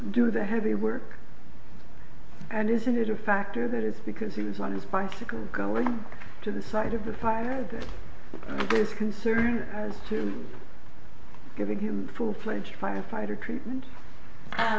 do the heavy work and isn't it a factor that is because he was on his bicycle going to the side of the fire is concerned to giving him full fledged firefighter treatment